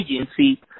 agency